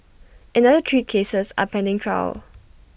another three cases are pending trial